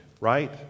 right